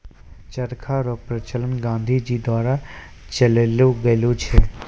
चरखा रो प्रचलन गाँधी जी द्वारा चलैलो गेलो छै